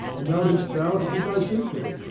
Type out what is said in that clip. and thou didst vow to keep my secret.